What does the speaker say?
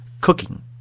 cooking